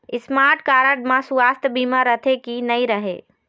Smart card म सुवास्थ बीमा रथे की नई रहे?